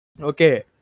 okay